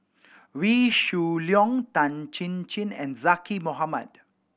Wee Shoo Leong Tan Chin Chin and Zaqy Mohamad